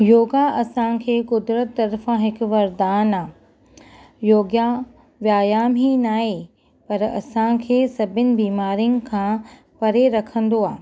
योगा असांखे क़ुदिरत तर्फ़ां हिकु वरदानु आहे योगा व्यायाम ई नाहे पर असांखे सभिनि बीमारियुनि खां परे रखंदो आहे